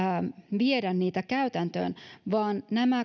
viedä niitä käytäntöön vaan